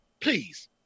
please